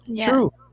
True